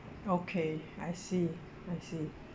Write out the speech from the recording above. okay I see I see